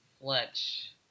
Fletch